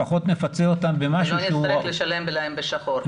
לפחות נפצה אותן במשהו --- ולא נצטרך לשלם להן בשחור.